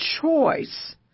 choice